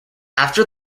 after